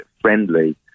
friendly